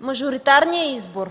мажоритарния избор.